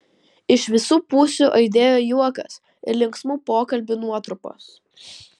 iš visu pusių aidėjo juokas ir linksmų pokalbių nuotrupos